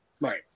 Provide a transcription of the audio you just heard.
Right